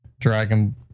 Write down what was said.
Dragon